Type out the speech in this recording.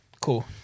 cool